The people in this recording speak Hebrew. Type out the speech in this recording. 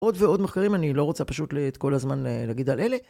עוד ועוד מחקרים אני לא רוצה פשוט את כל הזמן להגיד על אלה.